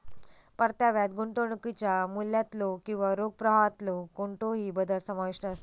परताव्यात गुंतवणुकीच्या मूल्यातलो किंवा रोख प्रवाहातलो कोणतोही बदल समाविष्ट असता